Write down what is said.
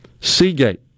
Seagate